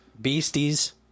Beasties